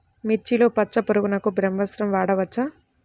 మిర్చిలో పచ్చ పురుగునకు బ్రహ్మాస్త్రం వాడవచ్చా?